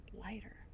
Lighter